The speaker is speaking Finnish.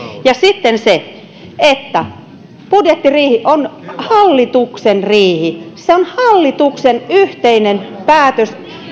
sitten se että budjettiriihi on hallituksen riihi se on hallituksen yhteinen päätös